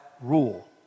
rule